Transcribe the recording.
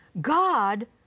God